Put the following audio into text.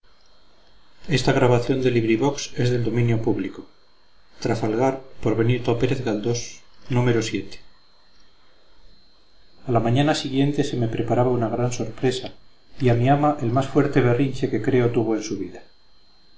a la mañana siguiente se me preparaba una gran sorpresa y a mi ama el más fuerte berrinche que creo tuvo en su vida